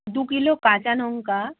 দুকিলো কাঁচা লঙ্কা